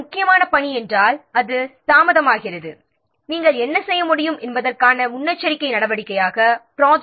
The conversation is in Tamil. ஒரு முக்கியமான பணி தாமதமாகிறது என்றால் என்ன முன்னெச்சரிக்கை நடவடிக்கை எடுக்க வேண்டும்